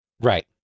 Right